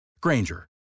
Granger